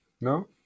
no